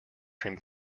cream